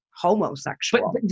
homosexual